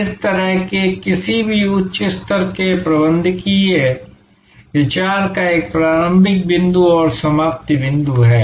यह इस तरह के किसी भी उच्च स्तर के प्रबंधकीय विचार का एक प्रारंभिक बिंदु और समाप्ति बिंदु है